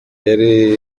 yari